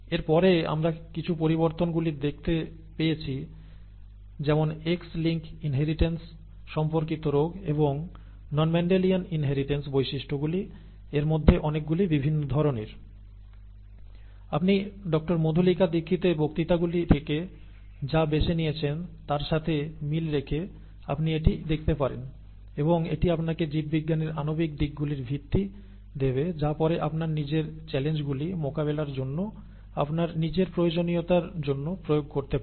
এর পরে আমরা কিছু পরিবর্তনগুলি দেখতে পেয়েছি যেমন X লিংক ইনহেরিটেন্স সম্পর্কিত রোগ এবং নন মেন্ডেলিয়ান ইনহেরিটেন্স বৈশিষ্ট্যগুলি এর মধ্যে অনেকগুলি বিভিন্ন ধরণের আপনি ডঃ মধুলিকা দীক্ষিতের বক্তৃতাগুলি থেকে যা বেছে নিয়েছেন তার সাথে মিল রেখে আপনি এটি দেখতে পারেন এবং এটি আপনাকে জীববিজ্ঞানের আণবিক দিকগুলির ভিত্তি দেবে যা পরে আপনার নিজের চ্যালেঞ্জগুলি মোকাবেলার জন্য আপনার নিজের প্রয়োজনীয়তার জন্য প্রয়োগ করতে পারেন